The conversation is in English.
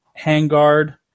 handguard